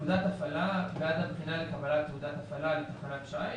תעודת הפעלה בעד הבחינה לקבל תעודת הפעלה לתחנת שיט.